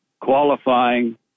qualifying